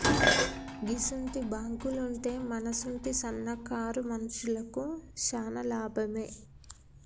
గిసుంటి బాంకులుంటే మనసుంటి సన్నకారు మనుషులకు శాన లాభమే